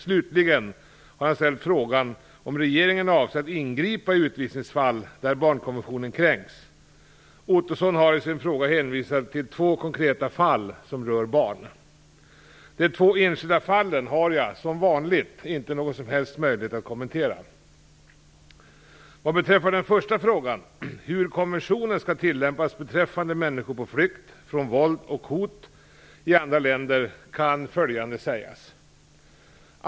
Slutligen har han ställt frågan om regeringen avser att ingripa i utvisningsfall där barnkonventionen kränks. Roy Ottosson har i sin fråga hänvisat till två konkreta fall som rör barn. De två enskilda fallen har jag, som vanligt, inte någon som helst möjlighet att kommentera. Vad beträffar den första frågan, hur konventionen skall tillämpas beträffande människor på flykt från våld och hot i andra länder, kan följande sägas.